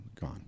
gone